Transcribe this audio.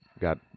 got